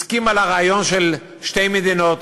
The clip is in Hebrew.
הסכימה לרעיון של שתי מדינות,